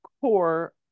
core